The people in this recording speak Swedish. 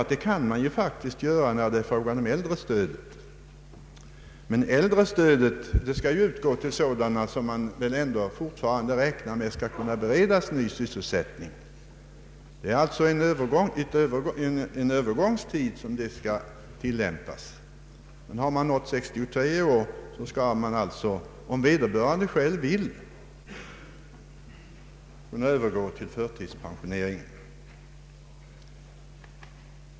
Och det kan man faktiskt göra i fråga om äldrestödet. Äldrestödet skall emellertid utgå till sådana som man hoppas kunna bereda ny sysselsättning. Det skall alltså tillämpas endast under en övergångstid. Men den som nått 63 år skall om vederbörande själv vill kunna övergå till förtidspensioneringen.